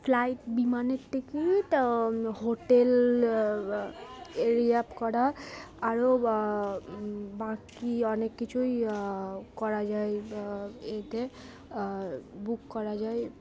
flight বিমানের ticket hotel reserve করা আরও বাকি অনেক কিছুই করা যায় এতে বুক করা যায়